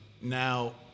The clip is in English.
Now